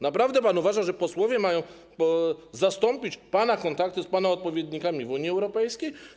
Naprawdę pan uważa, że posłowie mają zastąpić pana kontakty z pana odpowiednikami w Unii Europejskiej?